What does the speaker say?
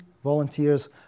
Volunteers